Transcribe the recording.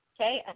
Okay